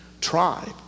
tribe